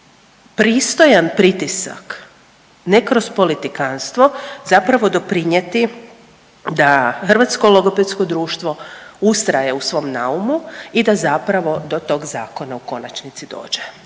pristojan pritisak, ne kroz politikanstvo zapravo doprinijeti da Hrvatsko logopedsko društvo ustraje u svom naumu i da zapravo do tog zakona au konačnici dođe.